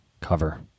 cover